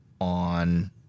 on